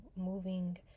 moving